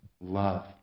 love